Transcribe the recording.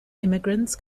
immigrants